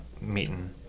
meeting